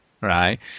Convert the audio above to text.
right